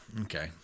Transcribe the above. Okay